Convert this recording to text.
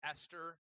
Esther